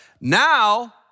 Now